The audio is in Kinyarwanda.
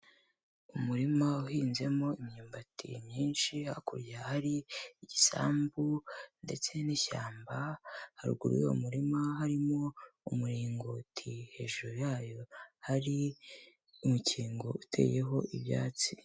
Umurima uhinzemo imyumbati myinshi, hakurya hari igisambu ndetse n'ishyamba, haruguru y'uwo umurima harimo umuringoti, hejuru yayo hari umukingo uteyeho ibyatsi.